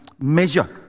measure